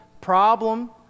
problem